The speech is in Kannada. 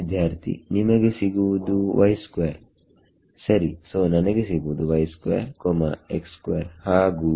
ವಿದ್ಯಾರ್ಥಿನಿಮಗೆ ಸಿಗುವುದು ಸರಿಸೋ ನನಗೆ ಸಿಗುವುದು ಹಾಗು